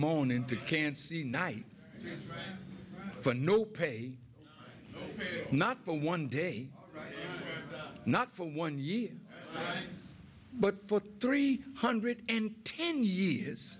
moaning to can't see a night for no pay not for one day not for one year but for three hundred and ten years